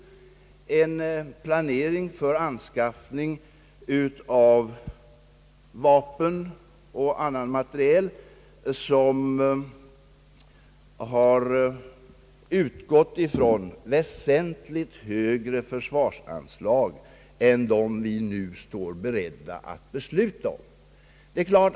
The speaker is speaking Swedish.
Det gäller en planering för anskaffning av vapen och annan materiel, som har utgått från väsentligt högre försvarsanslag än dem vi nu står beredda att besluta om.